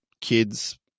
kids